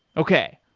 okay.